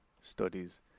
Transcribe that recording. studies